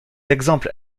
exemple